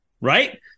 right